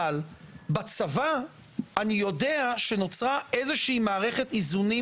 אני יודע שבצבא נוצרה איזושהי מערכת איזונים